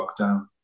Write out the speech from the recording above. lockdown